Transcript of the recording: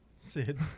Sid